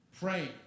praying